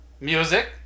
music